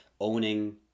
owning